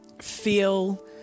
feel